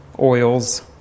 oils